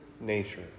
nature